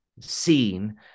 seen